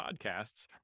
podcasts